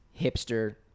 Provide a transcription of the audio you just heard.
hipster